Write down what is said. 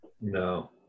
No